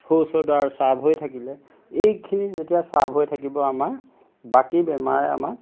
শৌচৰ দ্বাৰ চাফ হৈ থাকিলে এইখিনি যেতিয়া চাফ হৈ থাকিব আমাৰ বাকী বেমাৰে আমাক